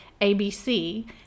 ABC